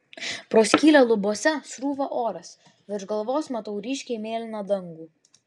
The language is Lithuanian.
pro skylę lubose srūva oras virš galvos matau ryškiai mėlyną dangų